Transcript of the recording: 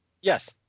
Yes